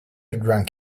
drunk